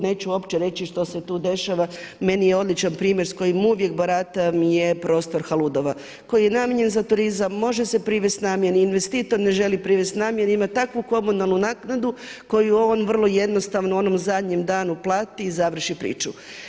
Neću uopće reći što se tu dešava, meni je odličan primjer s kojim uvijek baratam je prostor Haludova koji je namijenjen turizam može se privesti namjeni, investitor ne želi privesti namjeni ima takvu komunalnu naknadu koju on vrlo jednostavno u onom zadnjem danu uplati i završi priču.